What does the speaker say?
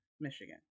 Michigan